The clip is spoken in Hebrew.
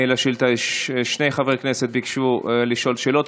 בשאילתה יש שני חברי כנסת שביקשו לשאול שאלות.